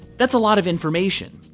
that's a lot of information.